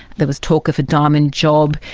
there was talk of a diamond job.